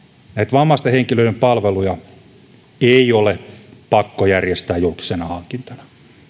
vammaisten henkilöiden palveluja ei ole pakko järjestää julkisena hankintana